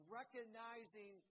recognizing